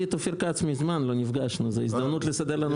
על אוכלוסיות שאנחנו יודעים להגיד מראש שזאת הדרך היחידה